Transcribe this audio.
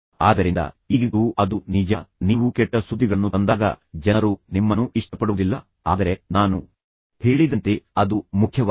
ಆದ್ದರಿಂದ ಈಗಂತೂ ಅದು ನಿಜ ನೀವು ಕೆಟ್ಟ ಸುದ್ದಿಗಳನ್ನು ತಂದಾಗ ಜನರು ನಿಮ್ಮನ್ನು ಇಷ್ಟಪಡುವುದಿಲ್ಲ ಆದರೆ ನಾನು ಹೇಳಿದಂತೆ ಅದು ಮುಖ್ಯವಾಗಿದೆ